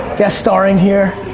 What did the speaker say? guest starring here.